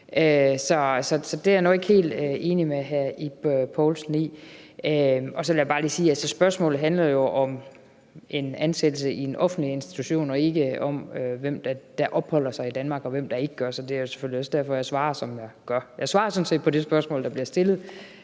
Så det er jeg nu ikke helt enig med hr. Ib Poulsen i. Så vil jeg bare lige sige, at spørgsmålet handler om en ansættelse i en offentlig institution og ikke om, hvem der opholder sig i Danmark, og hvem der ikke gør. Det er selvfølgelig også derfor, jeg svarer, som jeg gør. Jeg svarer sådan set på det spørgsmål, der bliver stillet.